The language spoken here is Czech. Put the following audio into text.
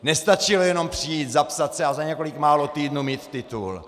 Nestačilo jenom přijít, zapsat se a za několik málo týdnů mít titul.